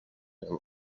امام